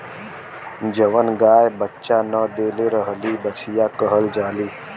जवन गाय बच्चा न देले रहेली बछिया कहल जाली